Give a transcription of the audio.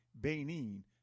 Benin